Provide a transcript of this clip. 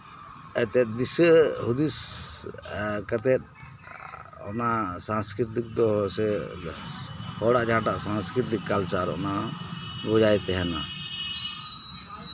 ᱮᱱᱛᱮᱫ ᱫᱤᱥᱟᱹ ᱦᱩᱫᱤᱥ ᱠᱟᱛᱮ ᱚᱱᱟ ᱥᱟᱝᱥᱠᱨᱤᱛᱤᱠ ᱫᱚ ᱥᱮ ᱦᱚᱲᱟᱜ ᱡᱟᱦᱟᱸᱴᱟᱜ ᱥᱟᱝᱥᱠᱨᱤᱛᱤᱠ ᱚᱱᱟ ᱵᱚᱡᱟᱭ ᱛᱟᱦᱮᱱᱟ